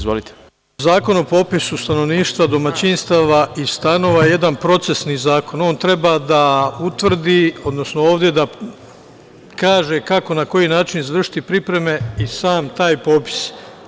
Zakon o popisu stanovništva domaćinstava i stanova je jedan procesni zakon i on treba da utvrdi, odnosno ovde da kaže kako i na koji način izvršiti pripreme i sam taj popis.